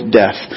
death